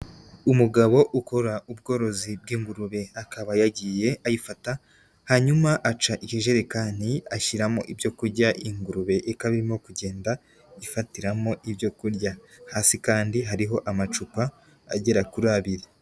Umugabo ukora ubworozi bw'ingurube akaba yagiye ayifata hanyuma aca ikijerekani ashyiramo ibyo kurya, ingurube ikaba irimo kugenda ifatiramo ibyo kurya. Hasi kandi hariho amacupa agera kuri abiri.